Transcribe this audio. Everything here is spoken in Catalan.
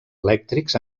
elèctrics